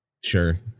Sure